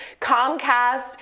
Comcast